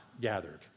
gathered